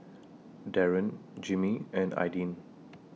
Daron Jimmie and Aidyn